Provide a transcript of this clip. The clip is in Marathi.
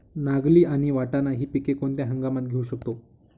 नागली आणि वाटाणा हि पिके कोणत्या हंगामात घेऊ शकतो?